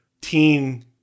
teen